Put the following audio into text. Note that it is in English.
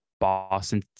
Boston